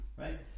Right